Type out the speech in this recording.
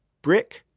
brick,